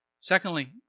Secondly